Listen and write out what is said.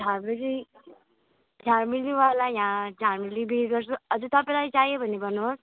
झालमुरीवाला यहाँ हजुर तपाईँलाई चाहियो भने भन्नुहोस्